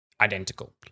identical